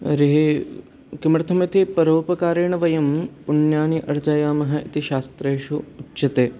किमर्थम् इति परोपकारेण वयं पुण्यानि अर्जयामः इति शास्त्रेषु उच्यते